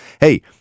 Hey